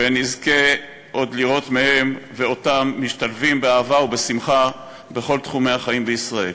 ונזכה עוד לראות אותם משתלבים באהבה ובשמחה בכל תחומי החיים בישראל.